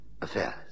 affairs